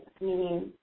meaning